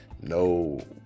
no